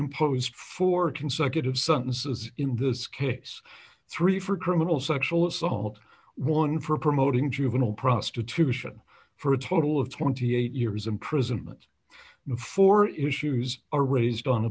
imposed four consecutive sentences in this case three for criminal sexual assault one for promoting juvenile prostitution for a total of twenty eight years imprisonment before issues are raised on